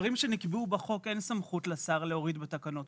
דברים שנקבעו בחוק אין סמכות לשר להוריד בתקנות,